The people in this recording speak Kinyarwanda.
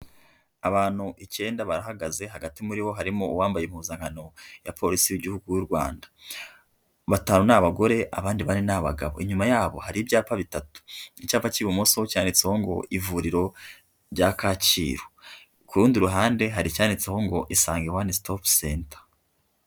Abantu icyenda barahagaze hagati muri bo harimo uwambaye impuzankano ya polisi y'igihugu y'u Rwanda, batanu ni abagore abandi bane ni abagabo, inyuma yabo hari ibyapa bitatu, icyapa cy'ibumoso cyanditseho ngo ivuriro rya Kacyiru, ku rundi ruhande hari icyanditseho ngo isange one stop center.